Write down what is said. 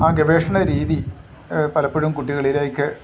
ആ ഗവേഷണരീതി പലപ്പോഴും കുട്ടികളിലേക്ക്